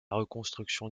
reconstruction